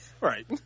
Right